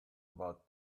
about